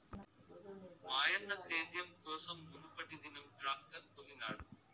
మాయన్న సేద్యం కోసం మునుపటిదినం ట్రాక్టర్ కొనినాడు